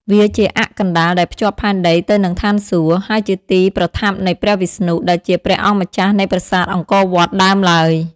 វាជាអ័ក្សកណ្តាលដែលភ្ជាប់ផែនដីទៅនឹងស្ថានសួគ៌ ហើយជាទីប្រថាប់នៃព្រះវិស្ណុ ដែលជាព្រះអម្ចាស់នៃប្រាសាទអង្គរវត្តដើមឡើយ។